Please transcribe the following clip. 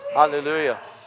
Hallelujah